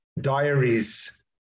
diaries